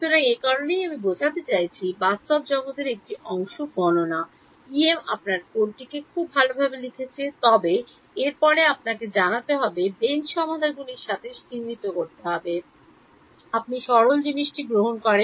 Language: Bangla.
সুতরাং এ কারণেই আমি বোঝাতে চাইছি বাস্তব জগতের একটি অংশ গণনা ইএম আপনার কোডটি খুব ভাল লিখছে তবে এর পরে আপনাকে জানাতে হবে বেঞ্চ সমাধানগুলির সাথে চিহ্নিত করে আপনি সরল জিনিসটি গ্রহণ করেন